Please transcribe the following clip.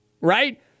right